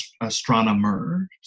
astronomers